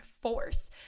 force